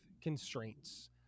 constraints